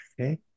Okay